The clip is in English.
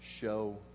show